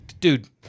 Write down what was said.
dude